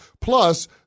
Plus